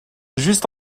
juste